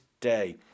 day